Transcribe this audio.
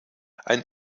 ein